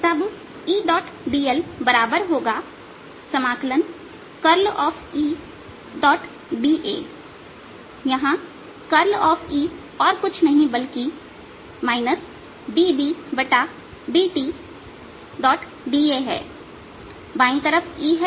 तब Edl curl Eda के समाकलन के बराबर होगा यहां कर्ल E और कुछ नहीं बल्कि x da हैबाई तरफ E है